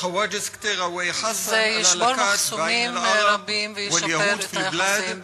זה ישבור מחסומים רבים וישפר את היחסים